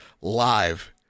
live